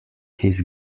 his